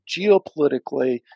geopolitically